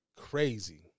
Crazy